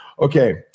Okay